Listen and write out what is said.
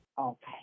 Okay